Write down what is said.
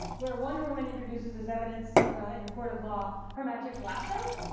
where wonder woman introduces as evidence in a court of law her magic lasso.